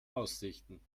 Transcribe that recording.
aussichten